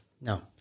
no